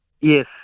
Yes